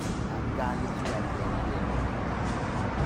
Dim an ga'an libsi daem ete'an ete'a dim geenti